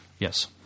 Yes